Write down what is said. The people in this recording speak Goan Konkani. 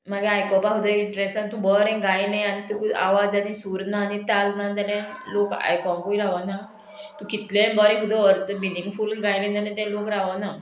मागीर आयकोपाक जाय इंट्रेस आनी तूं बरें गायलें आनी तुक आवाज आनी सुर ना आनी ताल ना जाल्या लोक आयकोंकूय रावना तूं कितलेंय बरें अर्थ मिनींगफूल गायलें जाल्यार तें लोक रावना